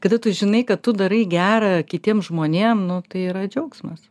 kada tu žinai kad tu darai gera kitiem žmonėm nu tai yra džiaugsmas